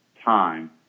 time